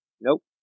Nope